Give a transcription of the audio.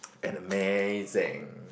an amazing